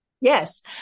Yes